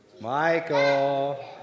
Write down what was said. Michael